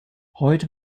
heute